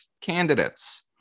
candidates